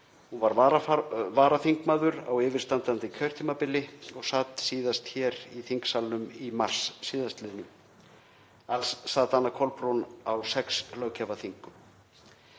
Hún var varaþingmaður á yfirstandandi kjörtímabili og sat síðast hér í þingsalnum í mars síðastliðnum. Alls sat Anna Kolbrún á sex löggjafarþingum.